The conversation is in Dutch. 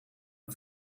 een